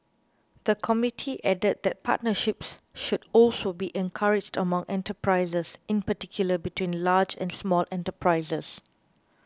the committee added that partnerships should also be encouraged among enterprises in particular between large and small enterprises